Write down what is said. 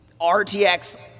RTX